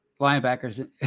linebackers